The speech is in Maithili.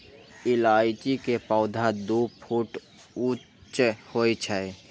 इलायची के पौधा दू फुट ऊंच होइ छै